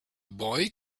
boy